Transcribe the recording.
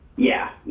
yeah,